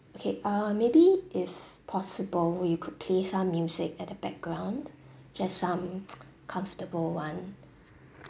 okay uh maybe if possible you could play some music at the background just some comfortable one